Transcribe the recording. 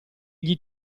gli